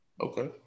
Okay